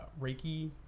Reiki